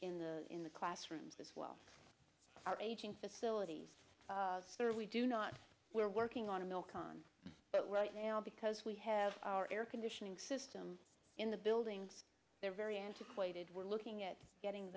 in the in the classrooms as well our aging facilities we do not we're working on a milk on right now because we have our air conditioning system in the buildings they're very antiquated we're looking at getting